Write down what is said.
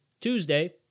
Tuesday